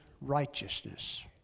righteousness